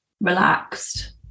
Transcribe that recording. relaxed